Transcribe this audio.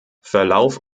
verlauf